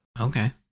Okay